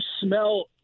smell